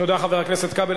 תודה, חבר הכנסת כבל.